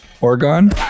Oregon